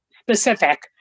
specific